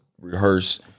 rehearse